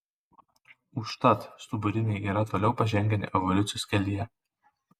užtat stuburiniai yra toliau pažengę evoliucijos kelyje